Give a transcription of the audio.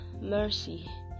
mercy